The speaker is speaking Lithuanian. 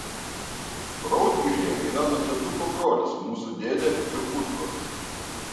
raudgiryje gyvena tėtuko brolis mūsų dėdė ir pusbrolis